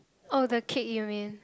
oh the cake you mean